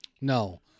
No